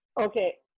Okay